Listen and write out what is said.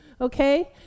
Okay